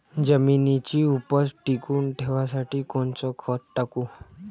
जमिनीची उपज टिकून ठेवासाठी कोनचं खत टाकू?